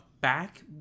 back